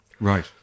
Right